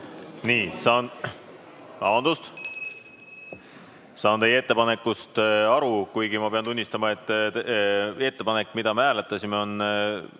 Saan teie ettepanekust aru, kuigi ma pean tunnistama, et ettepanek, mida me hääletasime, on